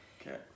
Okay